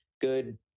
good